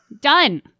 Done